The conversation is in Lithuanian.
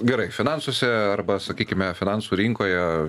gerai finansuose arba sakykime finansų rinkoje